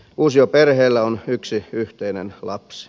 uusioperheellä on yksi yhteinen lapsi